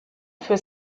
für